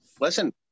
Listen